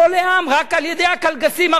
רק על-ידי הקלגסים הרומאים.